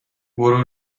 برو